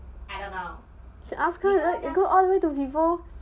you ask her she all the way go vivo